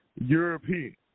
European